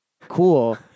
cool